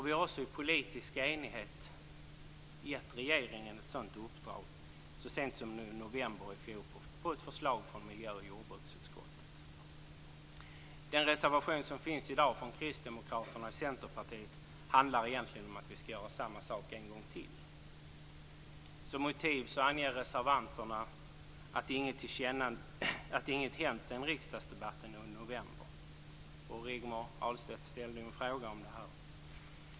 Vi har också med politisk enighet gett regeringen ett sådant uppdrag så sent som i november i fjol på förslag från miljö och jordbruksutskottet. Den reservation som finns i dag från Kristdemokraterna och Centerpartiet handlar egentligen om att vi skall göra samma sak en gång till. Som motiv anger reservanterna att inget hänt sedan riksdagsdebatten under november. Rigmor Ahlstedt ställde ju en fråga om det här.